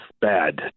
bad